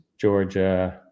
Georgia